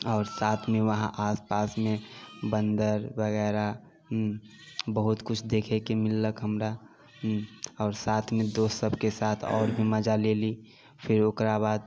आओर साथमे वहाँ आसपासमे बन्दर वगैरह बहुत किछु देखैके मिललक हमरा आओर साथमे दोस्त सबके साथ आओर भी मजा लेली फेर ओकरा बाद